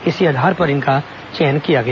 इसी आधार पर इनका चयन किया गया